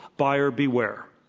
buyer beware.